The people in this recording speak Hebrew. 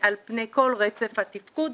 על פני כל רצף התפקוד.